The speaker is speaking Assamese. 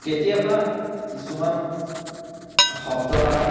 কেতিয়াবা কিছুমান শব্দ বা